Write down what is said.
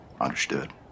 Understood